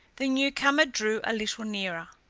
the newcomer drew a little nearer.